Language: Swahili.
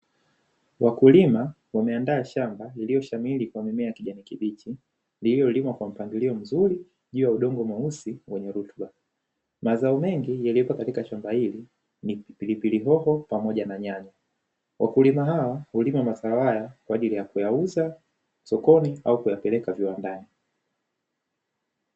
Wakulima wameandaa shamba lililoshamiri kwa mimea ya kijani kibichi, lililolimwa kwa mpangilio mzuri juu ya udongo mweusi wenye rutuba. Mazao mengi yaliyopo katika shamba hili ni pilipili hoho pamoja na nyanya. Wakulima hawa hulima mazao haya kwaajili ya kuyauza sokoni au kuyapeleka viwandani.